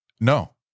No